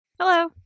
hello